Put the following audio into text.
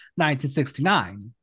1969